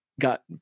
got